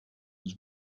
was